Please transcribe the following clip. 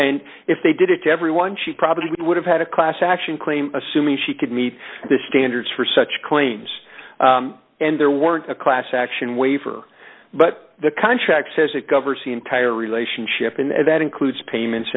and if they did it to everyone she probably would have had a class action claim assuming she could meet the standards for such claims and there weren't a class action waiver but the contract says it covers the entire relationship and that includes payments